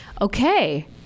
Okay